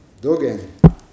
Dogen